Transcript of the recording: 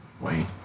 Wayne